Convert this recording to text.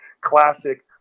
classic